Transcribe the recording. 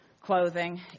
clothing